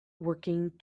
working